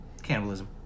cannibalism